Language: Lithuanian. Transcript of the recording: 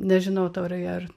nežinau taurai ar